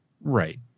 Right